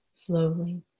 slowly